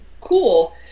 cool